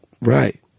Right